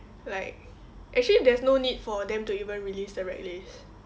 like actually there is no need for them to even release the grad list